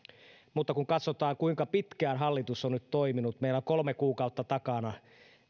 mutta kun katsotaan kuinka pitkään hallitus on nyt toiminut meillä on kolme kuukautta takana